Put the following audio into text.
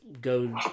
go